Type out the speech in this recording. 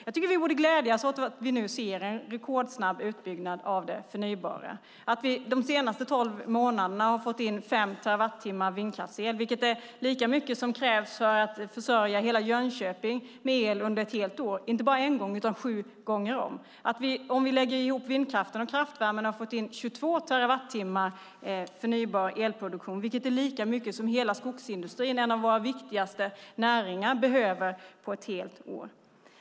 Jag tycker att vi borde glädjas åt att vi nu ser en rekordsnabb utbyggnad av det förnybara, att vi de senaste tolv månaderna har fått in 5 terawattimmar vindkraftsel, vilket är lika mycket som krävs för att försörja hela Jönköping med el under ett helt år, inte bara en gång utan sju gånger om. Om vi lägger ihop vindkraften och kraftvärmen har vi fått in 22 terawattimmar förnybar elproduktion, vilket är lika mycket som hela skogsindustrin, en av våra viktigaste näringar, behöver på ett helt år.